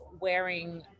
wearing